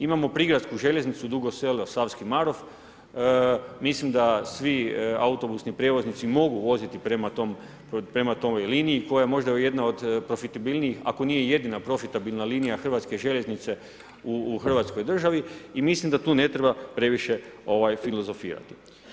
Imamo prigradsku željeznicu Dugo Selo-Savski Marof, mislim da svi autobusni prijevoznici mogu voziti prema toj liniji koja je možda jedna od profitabilnijih, ako nije jedina profitabilna linija HŽ-a u Hrvatskoj državi i mislim da tu ne treba previše filozofirati.